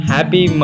Happy